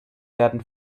werden